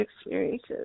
experiences